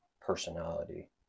personality